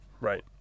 right